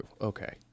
Okay